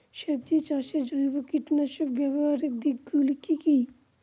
সবজি চাষে জৈব কীটনাশক ব্যাবহারের দিক গুলি কি কী?